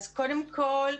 קודם כל,